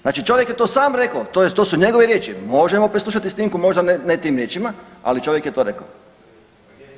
Znači čovjek je to sam rekao, to su njegove riječi, možemo preslušati snimku možda ne tim riječima, ali čovjek je to rekao.